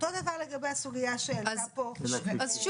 אותו דבר לגבי הסוגיה שהעלתה פה --- אפרת,